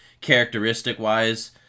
characteristic-wise